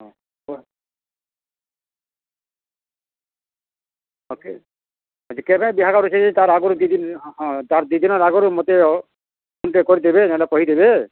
ହଁ କୁହ ହଁ ଯେ ହଁ ଯେ କେଭେ ବିହାଘର୍ ଅଛେ ଯେ ତା'ର୍ ଆଗ୍ରୁ ଦୁଇ ଦିନ୍ ହଁ ତା'ର୍ ଦୁଇ ଦିନ୍ର ଆଗ୍ରୁ ମତେ ହୋ ଫୋନ୍ଟେ କରିଦେବେ ନି ହେଲେ କହିଦେବେ